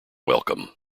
welcome